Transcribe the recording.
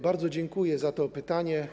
Bardzo dziękuję za to pytanie.